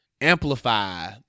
amplify